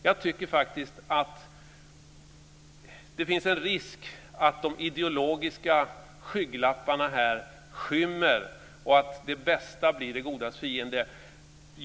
Jag tycker faktiskt att det finns en risk för att de ideologiska skygglapparna skymmer och att det bästa blir det godas fiende.